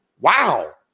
wow